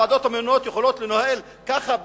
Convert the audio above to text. הוועדות הממונות יכולות לנהל ככה,